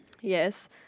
Yes